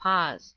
pause.